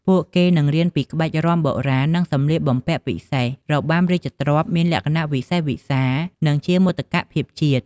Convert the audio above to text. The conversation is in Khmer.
ពួកគេនឹងរៀនពីក្បាច់រាំបុរាណ និងសំលៀកបំពាក់ពិសេស របាំរាជទ្រព្យមានលក្ខណៈវិសេសវិសាល និងជាមោទកភាពជាតិ។